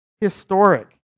historic